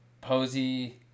Posey